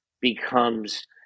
becomes